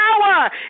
power